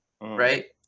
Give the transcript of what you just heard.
right